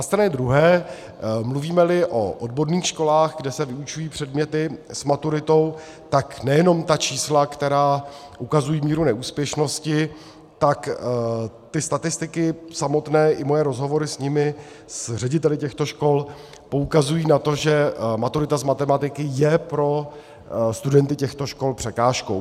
Na straně druhé, mluvímeli o odborných školách, kde se vyučují předměty s maturitou, tak nejenom ta čísla, která ukazují míru neúspěšnosti, tak ty statistiky samotné i moje rozhovory s nimi, s řediteli těchto škol, poukazují na to, že maturita z matematiky je pro studenty těchto škol překážkou.